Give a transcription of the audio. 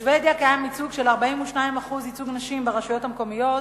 בשבדיה 42% ייצוג נשים ברשויות המקומיות,